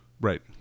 right